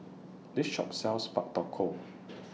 This Shop sells Pak Thong Ko